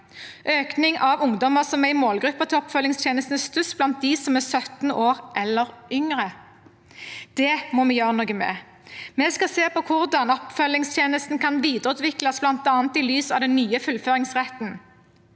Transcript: Økningen av ungdommer som er i målgruppen til oppfølgingstjenesten, er størst blant dem som er 17 år eller yngre. Det må vi gjøre noe med. Vi skal se på hvordan oppfølgingstjenesten kan videreutvikles, bl.a. i lys av den nye fullføringsretten.